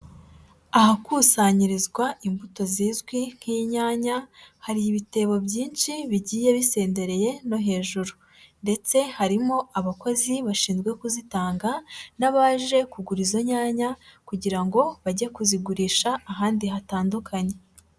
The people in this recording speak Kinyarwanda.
Ahakusanyirizwa imbuto zizwi nk'inyanya, hari ibitebo byinshi bigiye bisendereye no hejuru. Ndetse harimo abakozi bashinzwe kuzitanga n'abaje kugura izo nyanya, kugira ngo bajye kuzigurisha ahandi hatandukanye.